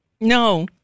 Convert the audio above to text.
No